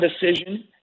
decision